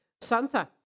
Santa